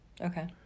okay